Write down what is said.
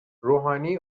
روحانی